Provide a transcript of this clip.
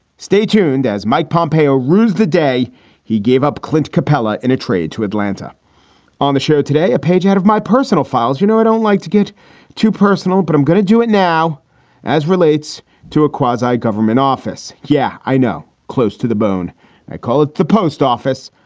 stay tuned, as mike pompeo rues the day he gave up clint capela in a trade to atlanta on the show today a page out of my personal files. you know i don't like to get too personal but i'm going to do it now as relates to a quasi government office. yeah i know close to the bone i call it the post office.